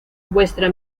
vuestra